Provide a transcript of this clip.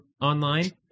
online